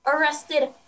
arrested